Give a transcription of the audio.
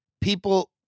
people